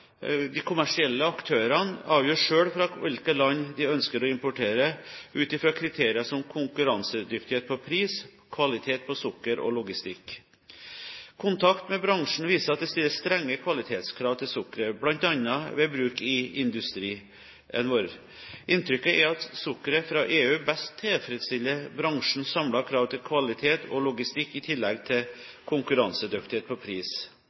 de kommersielle aktørene – avgjør selv fra hvilke land de ønsker å importere, ut fra kriterier som konkurransedyktighet på pris, kvalitet på sukker og logistikk. Kontakt med bransjen viser at det stilles strenge kvalitetskrav til sukkeret, bl.a. ved bruk i industrien. Inntrykket er at sukkeret fra EU best tilfredsstiller bransjens samlede krav til kvalitet og logistikk, i tillegg til konkurransedyktighet på pris.